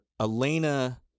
Elena